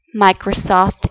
Microsoft